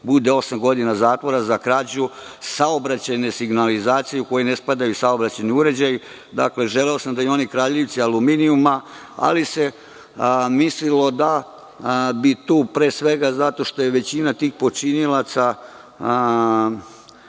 bude osam godina zatvora za krađu saobraćajne signalizacije u koji ne spadaju saobraćajni uređaji, dakle, želeo sam da i oni kradljivci aluminijuma ali se mislilo da bi tu pre svega, zato što je većina tih počinilaca